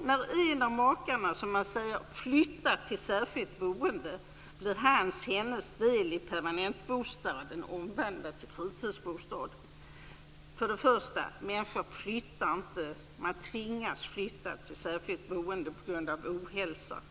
När en av makarna "flyttat till särskilt boende" blir hans/hennes del i permanentbostaden omvandlad till fritidsbostad. Först och främst vill jag då säga att man inte flyttar, utan man tvingas flytta till särskilt boende på grund av ohälsa.